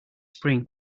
spring